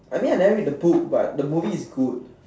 I mean I never read the book but the movie is good